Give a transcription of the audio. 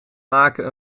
maken